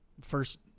first